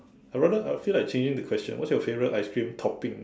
I rather I feel like changing the question what is your favorite ice cream topping